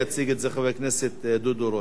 יציג את זה חבר הכנסת דודו רותם.